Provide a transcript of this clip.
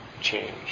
change